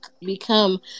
become